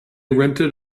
rented